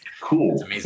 cool